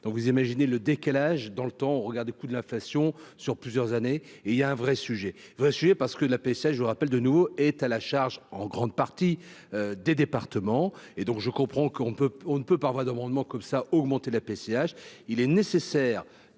donc vous imaginez le décalage dans le temps, au regard des coûts de l'inflation sur plusieurs années et il y a un vrai sujet va suer parce que la je vous rappelle de nous est à la charge en grande partie des départements et donc je comprends qu'on ne peut, on ne peut, par voie d'amendement, comme ça, augmenter la PCH,